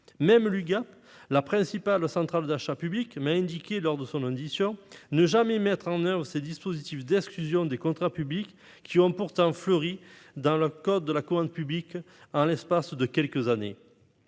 (Ugap), la principale centrale d'achats publics, m'a indiqué, lors de son audition, que l'on ne mettait jamais en oeuvre ces dispositifs d'exclusion des contrats publics, qui ont pourtant fleuri dans le code de la commande publique en l'espace de quelques années.